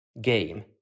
game